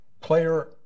player